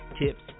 tips